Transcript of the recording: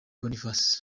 boniface